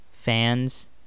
Fans